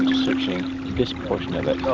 searching this portion of it.